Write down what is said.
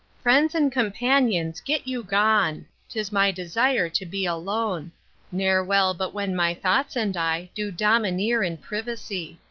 friends and companions get you gone, tis my desire to be alone ne'er well but when my thoughts and i do domineer in privacy.